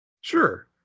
Sure